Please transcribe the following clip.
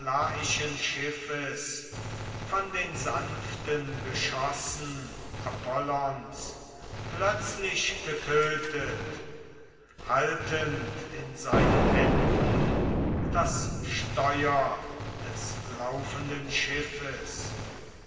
schiffes von den sanften geschossen apollons plötzlich getötet haltend in seinen händen das steuer des laufenden schiffes